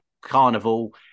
carnival